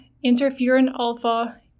interferon-alpha